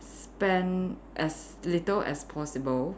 spend as little as possible